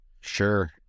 Sure